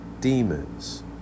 demons